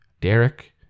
Derek